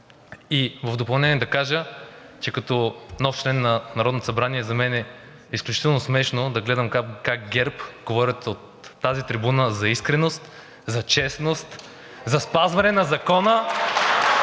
И в допълнение да кажа, че като нов член на Народното събрание за мен е изключително смешно да гледам как ГЕРБ говорят от тази трибуна за искреност, за честност, за спазване на закона